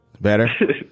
Better